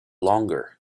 longer